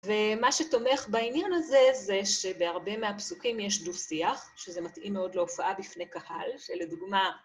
ומה שתומך בעניין הזה זה שבהרבה מהפסוקים יש דו שיח, שזה מתאים מאוד להופעה בפני קהל, שלדוגמה...